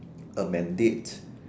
a mandate